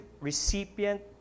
recipient